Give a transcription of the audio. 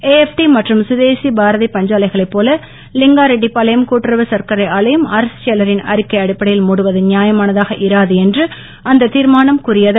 AFT மற்றும் குதேசி பாரதி பஞ்சாலைகளைப் போல லிங்காரெட்டிப்பாளையம் கூட்டுறவு சர்க்கரை ஆலையையும் அரசுச் செயலரின் அறிக்கை அடிப்படையில் மூடுவது நியாயமானதாக இராது என்று அந்தத் திர்மானம் கூறியது